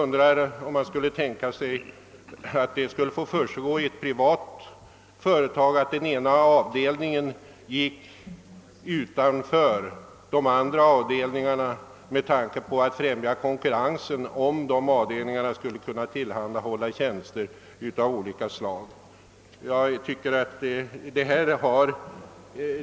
Jag frågar mig om det skulle kunna förekomma i ett privat företag, att en avdelning med tanke på att främja konkurrensen så att säga handlade vid sidan av andra avdelningar inom företaget, om nu dessa andra avdelningar tillhandahåller liknande tjänster av olika slag.